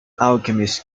alchemist